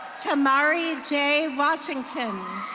temari j washington.